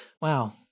Wow